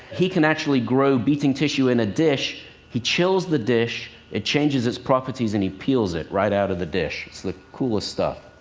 he can actually grow beating tissue in a dish. he chills the dish, it changes its properties and he peels it right out of the dish. it's the coolest stuff.